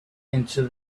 into